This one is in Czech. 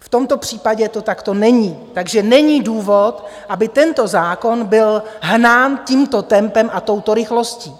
V tomto případě to takto není, takže není důvod, aby tento zákon byl hnán tímto tempem a touto rychlostí.